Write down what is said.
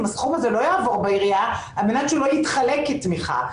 הסכום הזה לא יעבור בעירייה על מנת שהוא לא יתחלק כתמיכה.